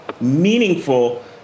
meaningful